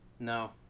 No